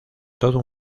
todo